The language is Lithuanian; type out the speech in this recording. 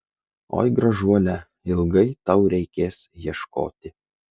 oi gražuole ilgai tau reikės ieškoti